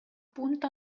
punta